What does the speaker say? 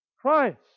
Christ